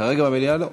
כרגע במליאה, לא.